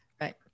Right